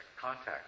contact